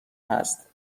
هست